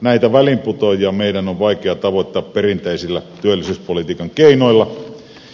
näitä väliinputoajia meidän on vaikea tavoittaa perinteisillä työllisyyspolitiikan keinoilla